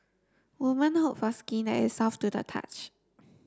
women hope for skin that is soft to the touch